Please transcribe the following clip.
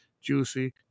juicy